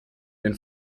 den